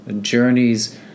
journeys